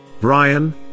Brian